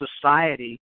society